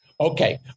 Okay